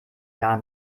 gar